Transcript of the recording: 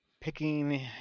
picking